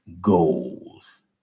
goals